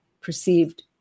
perceived